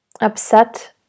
upset